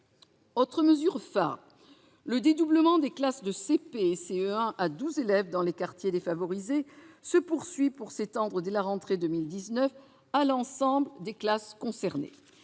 Autre mesure phare : le dédoublement des classes de CP et de CE1 à 12 élèves dans les quartiers défavorisés se poursuit, pour s'étendre dès la rentrée de 2019 à l'ensemble des classes concernées.